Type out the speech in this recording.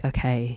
Okay